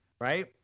right